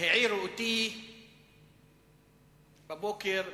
העירו אותי בבוקר מ"אל-ג'זירה",